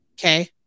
Okay